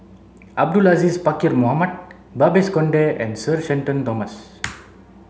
Abdul Aziz Pakkeer Mohamed Babes Conde and Sir Shenton Thomas